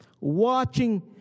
watching